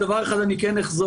על דבר אחד אני כן אחזור,